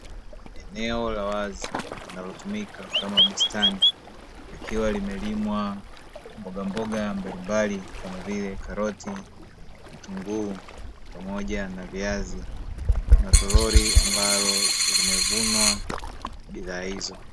Eneo la wazi linalotumika kama bustani likiwa limelimwa mbogamboga mbalimbali kama vile karoti, vitunguu pamoja na viazi na torori ambalo limevunwa bidhaa hizi.